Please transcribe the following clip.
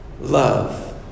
Love